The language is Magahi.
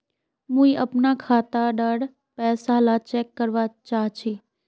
मुई अपना खाता डार पैसा ला चेक करवा चाहची?